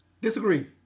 Disagree